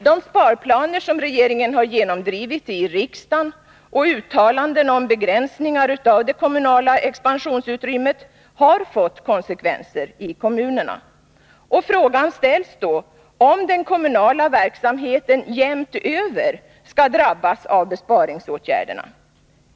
De sparplaner som regeringen genomdrivit i riksdagen och uttalanden om begränsningar av det kommunala expansionsutrymmet har fått konsekvenser i kommunerna. Och frågan ställs då om den kommunala verksamheten jämnt över skall drabbas av besparingsåtgärderna.